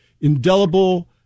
indelible